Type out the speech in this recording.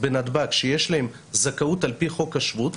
בנתב"ג שיש להם זכאות על פי חוק השבות,